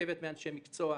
ומורכבת מאנשי מקצוע,